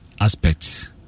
aspects